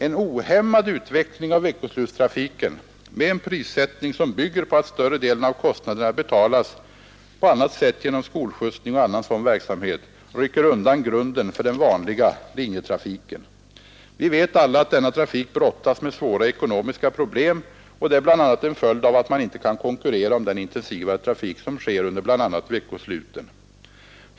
En ohämmad utveckling av veckoslutstrafiken med en prissättning som bygger på att större delen av kostnaderna betalas genom skolskjutsning och annan sådan verksamhet rycker undan grunden för den vanliga linjetrafiken. Vi vet alla att denna trafik brottas med svåra ekonomiska problem, och detta är bla. en följd av att man inte kan konkurrera om den intensivare trafik som sker under bl.a. veckosluten.